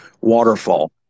waterfall